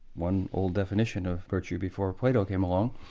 one old definition of virtue before plato came along,